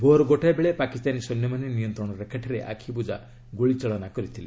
ଭୋର୍ ଗୋଟାଏ ବେଳେ ପାକିସ୍ତାନୀ ସୈନ୍ୟମାନେ ନିୟନ୍ତ୍ରଣ ରେଖାଠାରେ ଆଖିବୁଝା ଗୁଳିଚାଳନା କରିଥିଲେ